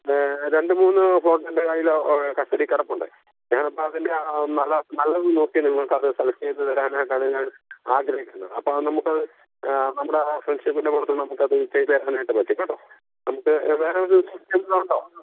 രണ്ട് മൂന്ന് ഫ്ലോട്ട് എൻ്റെ കയ്യിൽ കസ്റ്റഡിയിൽ കിടപ്പുണ്ട് ഞാനപ്പം അതിൻ്റെ നല്ല നല്ലത് നോക്കി നിങ്ങൾക്കത് സെലക്ട് ചെയ്ത് തരാനായിട്ടാണ് ഞാൻ ആഗ്രഹിക്കുന്നത് അപ്പത് നമുക്കത് നമ്മുടെ ഫ്രണ്ട്ഷിപ്പിൻ്റെ കൊടുത്ത് നമുക്കത് ചെയ്ത് തരാനായിട്ട് പറ്റും കേട്ടോ നമുക്ക് വേറെ